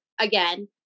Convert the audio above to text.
again